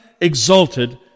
exalted